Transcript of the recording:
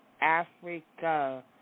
Africa